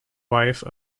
wife